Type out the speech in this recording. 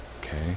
Okay